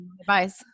advice